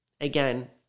again